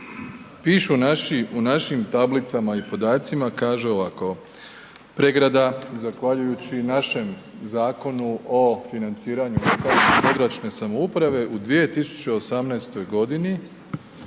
Piše u našim tablicama i podacima kaže ovako, Pregrada zahvaljujući našem Zakonu o financiranju jedinica lokalne i područne samouprave u 2018. godini